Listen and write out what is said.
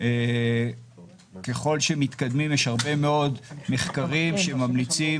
ככל שמתקדמים יש הרבה מאוד מחקרים שממליצים